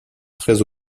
très